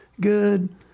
Good